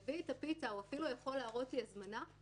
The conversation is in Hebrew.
שהביא את הפיצה או אפילו יכול להראות לי הזמנה,